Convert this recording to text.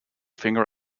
finger